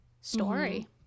story